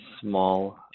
small